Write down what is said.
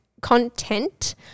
content